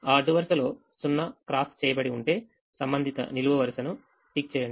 ఆ అడ్డు వరుసలో 0 cross చేయబడి ఉంటే సంబంధిత నిలువు వరుసను టిక్ చేయండి